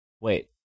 Wait